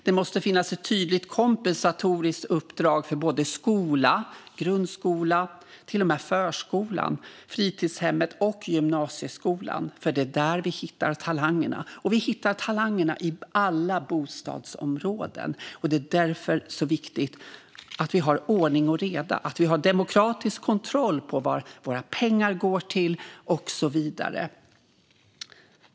Det måste finnas ett tydligt kompensatoriskt uppdrag för skolan - förskolan, grundskolan, fritidshemmet och gymnasieskolan - för det är där vi hittar talangerna. Och vi hittar talangerna i alla bostadsområden. Därför är det viktigt att vi har ordning och reda, att vi har demokratisk kontroll på vad våra pengar går till och så vidare.